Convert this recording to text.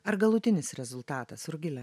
ar galutinis rezultatas rugile